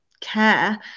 care